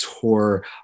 tour